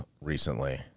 recently